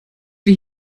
wie